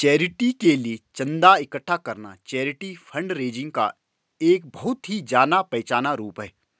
charity के लिए चंदा इकट्ठा करना चैरिटी फंडरेजिंग का एक बहुत ही जाना पहचाना रूप है